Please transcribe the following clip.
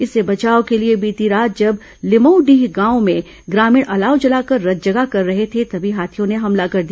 इससे बचाव के लिए बीती रात जब लिमउडीह गांव में ग्रामीण अलाव जलाकर रतजगा कर रहे थे तभी हाथियों ने हमला कर दिया